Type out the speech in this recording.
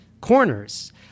corners